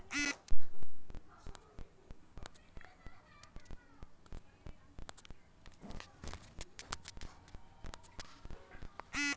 जनसंख्या अधिक होले से खाद्यान में कमी आवत हौ इ तकनीकी से उ कमी के पूरा करल जाला